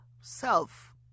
self